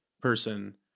person